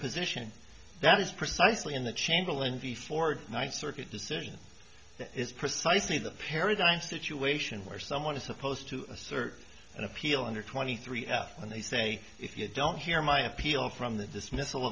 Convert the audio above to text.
position that is precisely in the chamberlain v for ninth circuit decision this is precisely the paradigm situation where someone is supposed to assert an appeal under twenty three f and they say if you don't hear my appeal from the dismiss